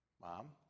Mom